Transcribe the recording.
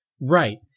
Right